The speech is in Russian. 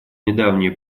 недавнее